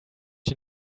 you